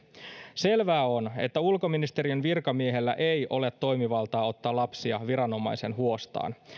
selvää on että ulkoministeriön virkamiehellä ei ole toimivaltaa ottaa lapsia viranomaisen huostaan